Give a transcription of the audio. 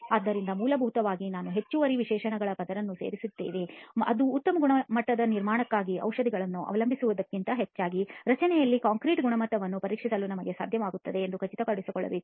ಆದ್ದರಿಂದ ಮೂಲಭೂತವಾಗಿ ನಾವು ಹೆಚ್ಚುವರಿ ವಿಶೇಷಣಗಳ ಪದರವನ್ನು ಸೇರಿಸುತ್ತಿದ್ದೇವೆ ಅದು ಉತ್ತಮ ಗುಣಮಟ್ಟದ ನಿರ್ಮಾಣಕ್ಕಾಗಿ ಔಷಧಿಗಳನ್ನು ಅವಲಂಬಿಸುವುದಕ್ಕಿಂತ ಹೆಚ್ಚಾಗಿ ರಚನೆಯಲ್ಲಿ ಕಾಂಕ್ರೀಟ್ ಗುಣಮಟ್ಟವನ್ನು ಪರೀಕ್ಷಿಸಲು ನಮಗೆ ಸಾಧ್ಯವಾಗುತ್ತದೆ ಎಂದು ಖಚಿತಪಡಿಸುತ್ತದೆ